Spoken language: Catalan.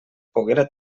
poguera